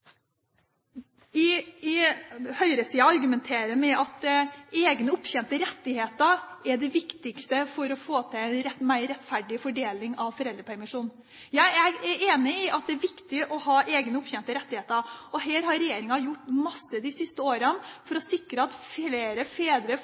argumenterer med at egne opptjente rettigheter er det viktigste for å få til en mer rettferdig fordeling av foreldrepermisjonen. Jeg er enig i at det er viktig å ha egne opptjente rettigheter, og her har regjeringa gjort masse de siste årene